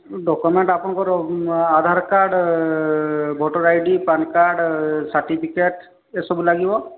document ଆପଣଙ୍କର Aadhaar card voter ID PAN card certificate ଏସବୁ ଲାଗିବ